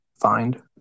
find